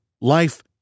Life